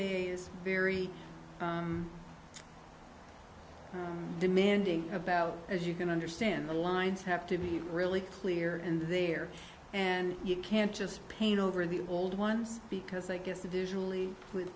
a is very demanding about as you can understand the lines have to be really clear and there and you can't just paint over the old ones because i guess visually with